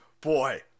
Boy